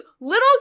little